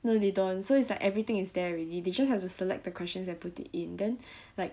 no they don't so it's like everything is there already they just have to select the questions and put it in then like